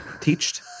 Teached